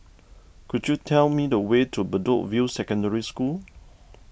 could you tell me the way to Bedok View Secondary School